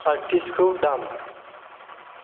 आरतिस्टखौ दाम